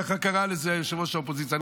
כך קרא לזה יושב-ראש האופוזיציה.